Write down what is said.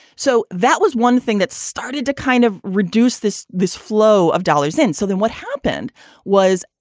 so that was one thing that started to kind of reduce this this flow of dollars in. so then what happened was.